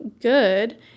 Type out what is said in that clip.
good